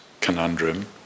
conundrum